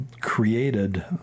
created